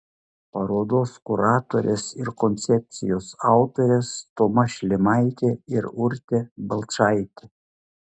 parodos kuratorės ir koncepcijos autorės toma šlimaitė ir urtė balčaitė